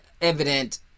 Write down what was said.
evident